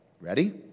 Ready